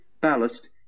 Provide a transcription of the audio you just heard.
ballast